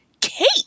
Kate